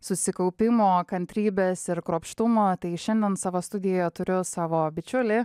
susikaupimo kantrybės ir kruopštumo tai šiandien savo studijoje turiu savo bičiulį